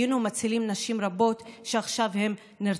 היינו מצילים נשים רבות שעכשיו הן נרצחות,